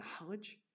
knowledge